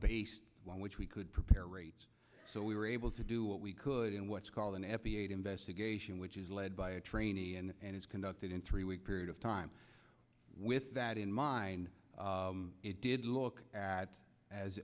one which we could prepare rates so we were able to do what we could in what's called an f b i investigation which is led by a trainee and is conducted in three week period of time with that in mind it did look at as